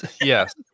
Yes